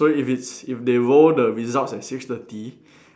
so if it's if they roll the results at six thirty